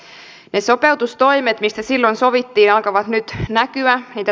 ne sopeutustoimet mistä silloin sovittiin alkavat nyt näkyä